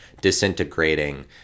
disintegrating